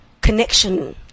connection